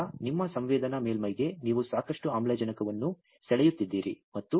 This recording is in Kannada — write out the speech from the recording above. ಆದ್ದರಿಂದ ನಿಮ್ಮ ಸಂವೇದನಾ ಮೇಲ್ಮೈಗೆ ನೀವು ಸಾಕಷ್ಟು ಆಮ್ಲಜನಕವನ್ನು ಸೆಳೆಯುತ್ತಿದ್ದೀರಿ